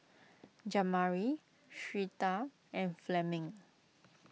Jamari Syreeta and Fleming